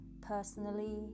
personally